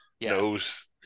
knows